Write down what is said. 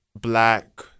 black